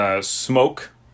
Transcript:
Smoke